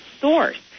source